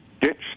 ditch